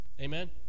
amen